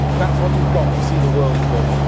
that's what you've got to see the world through.